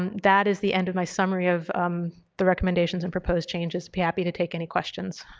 um that is the end of my summary of the recommendations and proposed changes. be happy to take any questions.